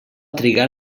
trigar